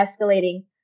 escalating